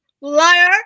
liar